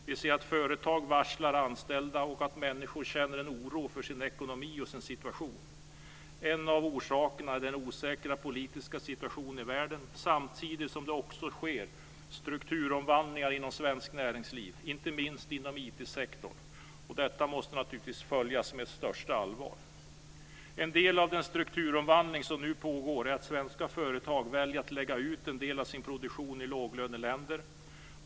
Vi ser att företag varslar anställda och att människor känner en oro för sin ekonomi och sin situation. En av orsakerna är den osäkra politiska situationen i världen. Det sker också strukturomvandlingar inom svenskt näringsliv - inte minst inom IT-sektorn. Detta måste naturligtvis följas med största allvar. En del av den strukturomvandling som nu pågår är att svenska företag väljer att lägga en del av sin produktion i låglöneländer.